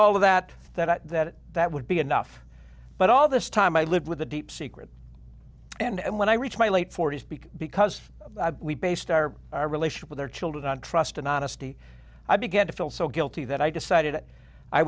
all of that that that that would be enough but all this time i lived with a deep secret and when i reached my late forty's because because we based our our relationship with their children on trust and honesty i began to feel so guilty that i decided